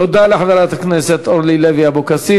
תודה לחברת הכנסת אורלי לוי אבקסיס.